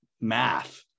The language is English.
math